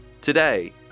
Today